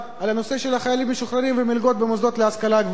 הנושא של החיילים המשוחררים ומלגות במוסדות להשכלה גבוהה.